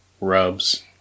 rubs